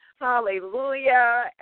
Hallelujah